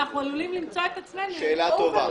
ואנחנו עלולים למצוא עצמנו- - שאלה טובה.